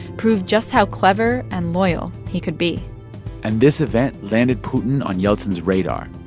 proved just how clever and loyal he could be and this event landed putin on yeltsin's radar.